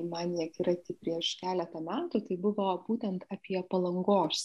man į akiratį prieš keletą metų tai buvo būtent apie palangos